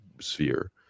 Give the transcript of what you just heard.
sphere